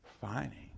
Finding